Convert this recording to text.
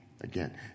again